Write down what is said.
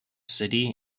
city